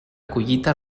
collita